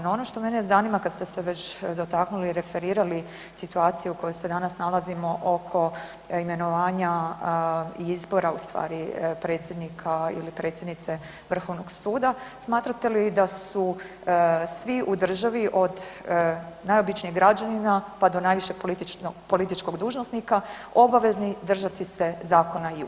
No, ono što mene zanima, kad ste se već dotaknuli i referirali situacije u kojoj se danas nalazimo oko imenovanja izbora ustvari predsjednica ili predsjednice Vrhovnog suda, smatrate li da su svi u državi, od najobičnijeg građanina pa do najviše političkog dužnosnika, obavezni držati se zakona i Ustava?